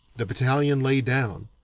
the battalion lay down,